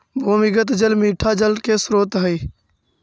भूमिगत जल मीठा जल के स्रोत हई